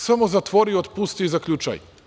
Samo zatvori, otpusti i zaključaj.